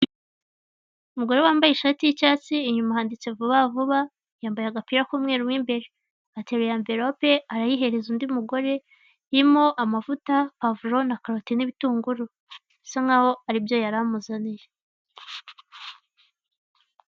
Umugore wambaye ishati y'icyatsi, inyuma handitse "vuba vuba", yambaye agapira k'umweru mo imbere, ateruye amverope arayihereza undi mugore irimo amavuta, pavulo na karoti n'ibitunguru, birasa nk'aho ari byo yari amuzaniye.